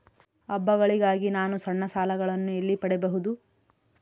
ಹಬ್ಬಗಳಿಗಾಗಿ ನಾನು ಸಣ್ಣ ಸಾಲಗಳನ್ನು ಎಲ್ಲಿ ಪಡಿಬಹುದು?